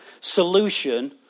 solution